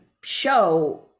show